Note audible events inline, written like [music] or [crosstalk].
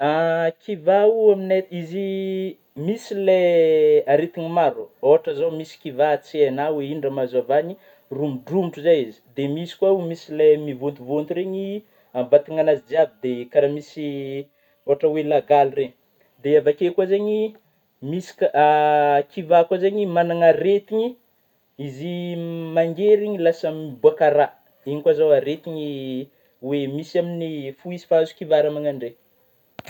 [hesitation] Kiva aminay, izy misy le retigna marô ôhatry zao misy kiva tsy haignao oe igno raha mahazo azy avy any, romodromotra zay izy, dia misy kôa, misy ilay mivontovoto regny amin'ny vatagna angnazy jiaby de kara misy ohatra oe lagaly regny, de avy akeo koa zeigny misy [hesitation] kivah koa zegny manana aretigny, izy [hesitation] mangery lasa mibôaka rà, iny koa zao aretigny oe misy, amin'ny ,fo izy mpahazo kiva raha magnandre.